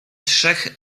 trzech